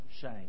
shame